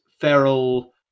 feral